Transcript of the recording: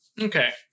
Okay